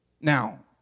Now